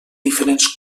diferents